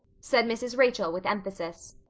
said mrs. rachel with emphasis,